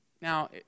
Now